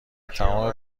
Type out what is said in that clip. تمام